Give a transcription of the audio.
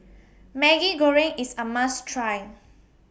Maggi Goreng IS A must Try